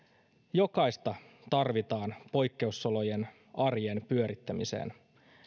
jokaista tarvitaan poikkeusolojen arjen pyörittämiseen